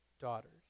daughters